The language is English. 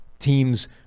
Teams